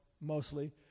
mostly